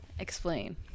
explain